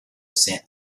sent